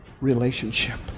relationship